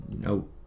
No